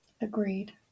Agreed